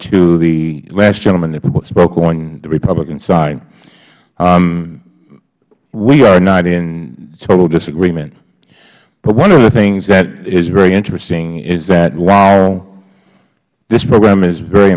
to the last gentleman that spoke on the republican side we are not in total disagreement but one of the things that is very interesting is that while this program is very